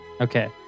Okay